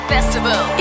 Festival